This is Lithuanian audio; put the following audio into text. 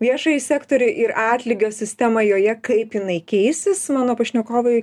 viešąjį sektorį ir atlygio sistemą joje kaip jinai keisis mano pašnekovai